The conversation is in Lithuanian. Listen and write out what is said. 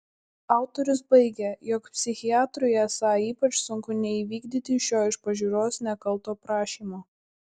autorius baigia jog psichiatrui esą ypač sunku neįvykdyti šio iš pažiūros nekalto prašymo